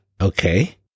Okay